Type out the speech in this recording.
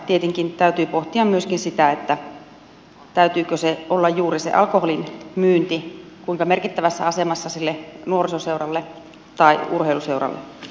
tietenkin täytyy pohtia myöskin sitä kuinka merkittävässä asemassa juuri sen alkoholin myynnin täytyy olla sille nuorisoseuralle tai urheiluseuralle